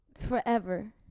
forever